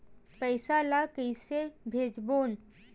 पईसा ला कइसे भेजबोन?